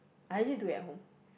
I usually do it at home